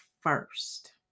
first